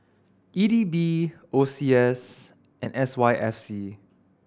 E D B O C S and S Y F C